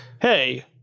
Hey